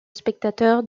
spectateur